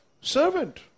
servant